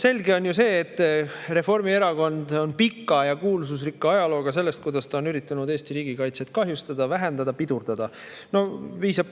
Selge on ju see, et Reformierakond on pika ja kuulsusrikka ajalooga, kuidas ta on üritanud Eesti riigikaitset kahjustada, vähendada, pidurdada. No piisab,